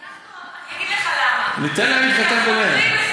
אני אגיד לך למה, ניתן להם להתווכח ביניהם.